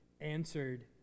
answered